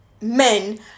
men